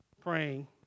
praying